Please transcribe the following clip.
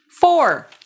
Four